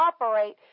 operate